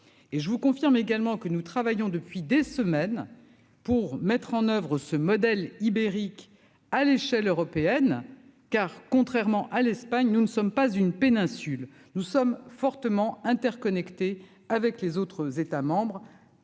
je vous confirme également que nous travaillons depuis des semaines pour mettre en oeuvre ce modèle ibérique à l'échelle européenne car, contrairement à l'Espagne, nous ne sommes pas une péninsule nous sommes fortement interconnectés avec les autres États membres